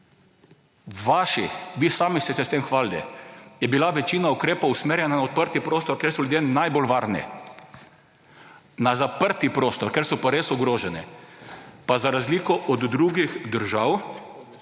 vaših − vi sami ste se s tem hvalili −, je bila večina ukrepov usmerjena v odprti prostor, kjer so ljudje najbolj varni. Za zaprti prostor, kjer so pa res ogroženi, pa za razliko od drugih držav